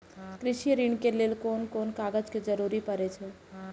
कृषि ऋण के लेल कोन कोन कागज के जरुरत परे छै?